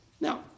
Now